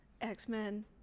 x-men